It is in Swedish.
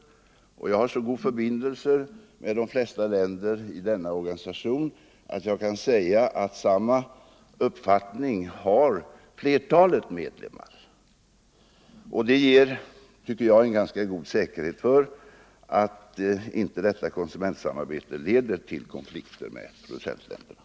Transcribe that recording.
Jag har så goda förbindelser med de flesta länder i denna organisation att jag kan säga att flertalet medlemmar har samma uppfattning. Det ger en ganska god säkerhet för att inte detta konsumentsamarbete skall leda till konflikter med producentländerna.